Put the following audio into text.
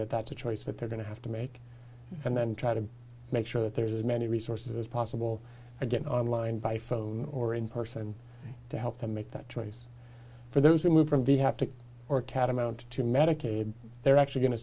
that that's a choice that they're going to have to make and then try to make sure that there's as many resources as possible to get online by phone or in person to help them make that choice for those who move from the have to or catamount to medicaid they're actually going to